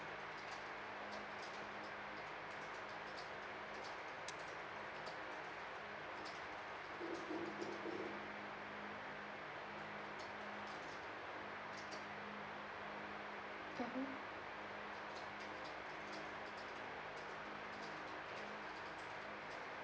mmhmm